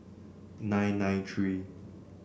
nine nine three